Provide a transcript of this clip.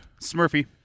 Smurfy